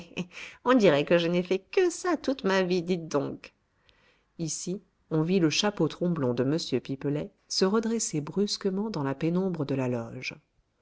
on dirait que je n'ai fait que ça toute ma vie dites donc ici on vit le chapeau tromblon de m pipelet se redresser brusquement dans la pénombre de la loge